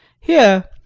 here,